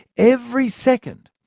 every second,